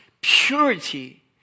purity